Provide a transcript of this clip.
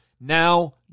now